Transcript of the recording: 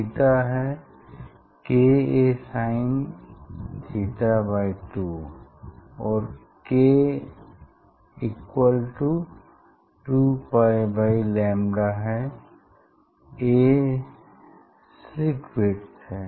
beta है kasin थीटा2 और k 2पाई बाई लैम्डा है a स्लिट विड्थ है